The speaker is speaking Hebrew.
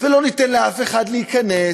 ולא ניתן לאף אחד להיכנס,